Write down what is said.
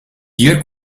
jurk